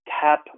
tap